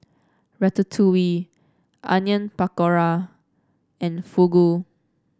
Ratatouille Onion Pakora and Fugu